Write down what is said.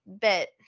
bit